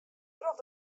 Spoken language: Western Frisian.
troch